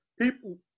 people